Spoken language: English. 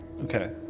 Okay